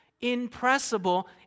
impressible